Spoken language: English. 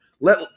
let